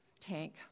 tank